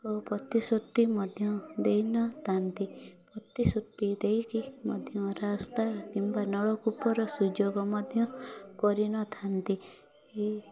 ପ୍ରତିଶ୍ରୁତି ମଧ୍ୟ ଦେଇନଥାନ୍ତି ପ୍ରତିଶ୍ରୁତି ଦେଇକି ମଧ୍ୟ ରାସ୍ତା କିମ୍ବା ନଳକୂପର ସୁଯୋଗ ମଧ୍ୟ କରିନଥାନ୍ତି ଏହି